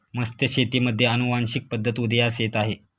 मत्स्यशेतीमध्ये अनुवांशिक पद्धत उदयास येत आहे